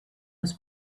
was